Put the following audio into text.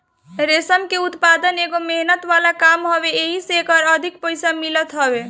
रेशम के उत्पदान एगो मेहनत वाला काम हवे एही से एकर अधिक पईसा मिलत हवे